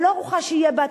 ולא ארוחה שיהיה בה,